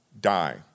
die